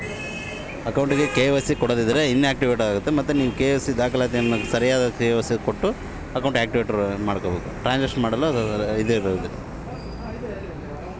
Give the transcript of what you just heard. ಅಕೌಂಟಗೆ ಕೆ.ವೈ.ಸಿ ಕೊಡದಿದ್ದರೆ ಏನಾಗುತ್ತೆ?